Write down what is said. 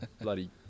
bloody